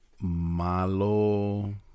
Malo